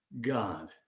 God